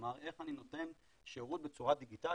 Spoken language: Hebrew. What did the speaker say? כלומר איך אני נותן שירות בצורה דיגיטלית.